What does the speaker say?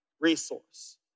Resource